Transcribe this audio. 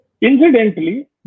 Incidentally